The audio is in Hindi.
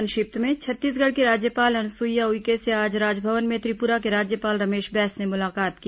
संक्षिप्त समाचार छत्तीसगढ़ की राज्यपाल अनुसुईया उइके से आज राजभवन में त्रिपुरा के राज्यपाल रमेश बैस ने मुलाकात की